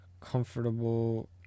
Comfortable